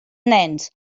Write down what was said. nens